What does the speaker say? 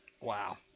Wow